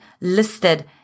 listed